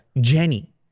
Jenny